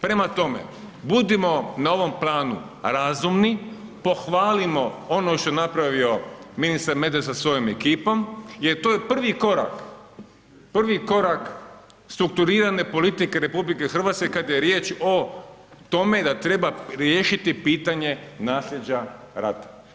Prema tome, budimo na ovom planu, razumni, pohvalimo, ono što je napravio ministar Medved sa svojom ekipom, jer to je prvi korak, prvi korak, strukturirane politike RH, kada je riječ o tome, da treba riješiti pitanje naslijeđa rata.